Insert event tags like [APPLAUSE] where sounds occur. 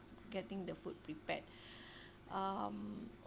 getting the food prepared [BREATH] um